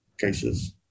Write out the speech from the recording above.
cases